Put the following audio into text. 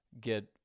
get